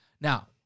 now